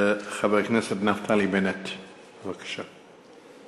חבר הכנסת נפתלי בנט, בבקשה.